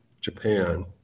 Japan